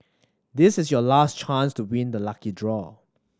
this is your last chance to being the lucky draw